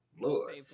Lord